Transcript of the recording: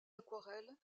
aquarelles